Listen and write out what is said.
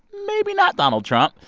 maybe not donald trump.